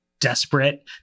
desperate